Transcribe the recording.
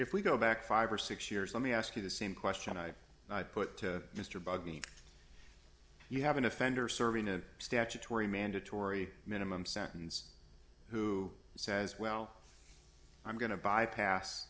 if we go back five or six years let me ask you the same question i put to mr bugging you have an offender serving the statutory mandatory minimum sentence who says well i'm going to bypass